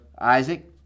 Isaac